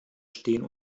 stehen